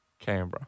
Canberra